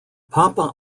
papa